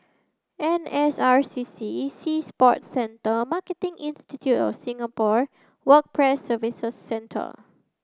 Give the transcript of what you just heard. N S R C C Sea Sports Centre Marketing Institute of Singapore Work Price Services Centre